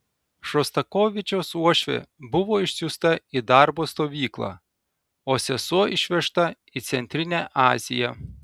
šostakovičiaus uošvė buvo išsiųsta į darbo stovyklą o sesuo išvežta į centrinę aziją